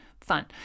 fun